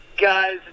guys